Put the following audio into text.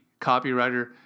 copywriter